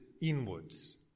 inwards